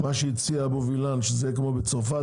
מה שהציע וילן כמו בצרפת,